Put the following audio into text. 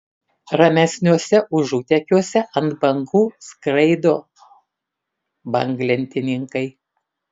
ramesniuose užutekiuose ant bangų skraido banglentininkai